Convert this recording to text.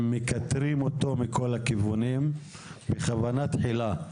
הם מכתרים אותו מכל הכיוונים בכוונה תחילה.